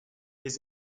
his